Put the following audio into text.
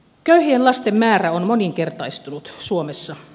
köyhien lasten määrä on moninkertaistunut suomessa